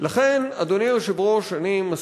תודה רבה.